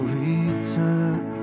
return